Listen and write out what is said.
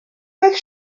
oedd